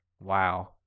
Wow